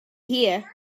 here